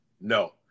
No